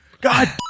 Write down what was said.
God